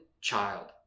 child